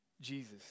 Jesus